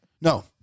No